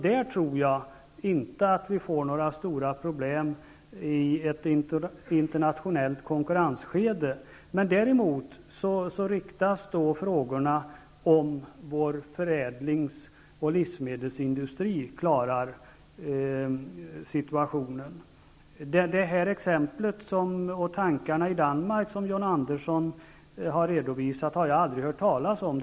Där tror jag inte att vi får några stora problem i ett internationellt konkurrensskede. Däremot riktas frågor om huruvida vår förädlingsoch livsmedelsindustri klarar situationen. De tankar som finns i Danmark, vilka John Andersson redovisade i sitt exempel, har jag aldrig hört talas om.